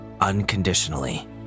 unconditionally